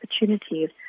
opportunities